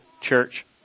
Church